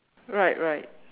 right right